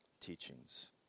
teachings